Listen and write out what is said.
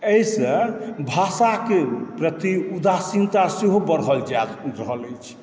अहिसँ भाषाके प्रति उदासीनता सेहो बढ़ल जा रहल अछि